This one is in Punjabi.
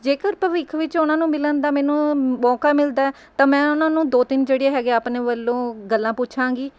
ਜੇਕਰ ਭਵਿੱਖ ਵਿੱਚ ਉਹਨਾਂ ਨੂੰ ਮਿਲਣ ਦਾ ਮੈਨੂੰ ਮੌਕਾ ਮਿਲਦਾ ਤਾਂ ਮੈਂ ਉਹਨਾਂ ਨੂੰ ਦੋ ਤਿੰਨ ਜਿਹੜੇ ਹੈਗੇ ਆਪਨੇ ਵੱਲੋਂ ਗੱਲਾਂ ਪੁੱਛਾਂਗੀ